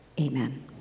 amen